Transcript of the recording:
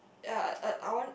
ya uh I want